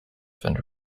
and